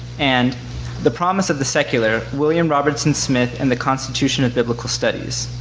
and the promise of the secular, william robertson smith and the constitution of biblical studies.